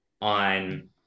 on